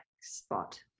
spot